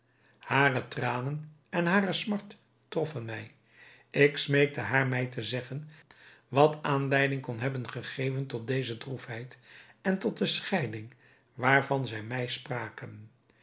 hare tranen en hare smart troffen mij ik smeekte haar mij te zeggen wat aanleiding kon hebben gegeven tot deze droefheid en tot de scheiding waarvan zij mij spraken